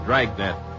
Dragnet